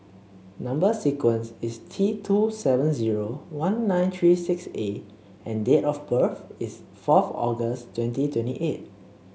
number sequence is T two seven zero one nine three six A and date of birth is fourth August twenty twenty eight